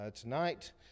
Tonight